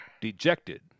Dejected